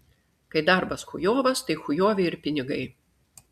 kai darbas chujovas tai chujovi ir pinigai